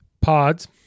Pods